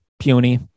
puny